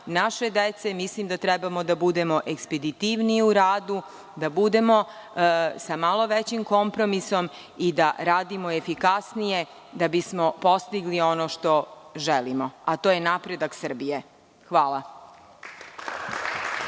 naše dece, mislim da treba da budemo ekspeditivniji u radu, da budemo sa malo većim kompromisom i da radimo efikasnije da bi smo postigli ono što želimo, a to je napredak Srbije. Hvala.